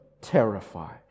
terrified